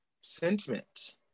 sentiment